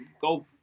go